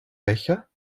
becher